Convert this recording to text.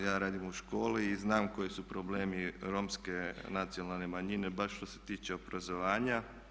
Ja radim u školi i znam koji su problemi romske nacionalne manjine, baš što se tiče obrazovanja.